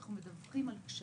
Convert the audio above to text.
אנחנו מדווחים על קשיים,